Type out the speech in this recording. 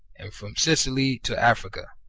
and from sicily to africa.